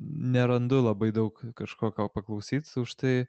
nerandu labai daug kažko ko paklausyt užtai